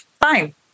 Fine